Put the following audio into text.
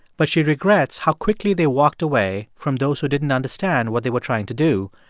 but she regrets how quickly they walked away from those who didn't understand what they were trying to do,